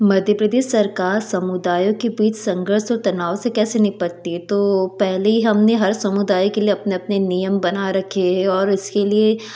मध्य प्रदेश सरकार समुदायों के बीच संघर्ष और तनाव से कैसे निपटती है तो पहले ही हमने हर समुदाय के लिए अपने अपने नियम बना रखे है और उसके लिए